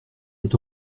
est